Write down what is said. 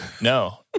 No